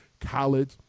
college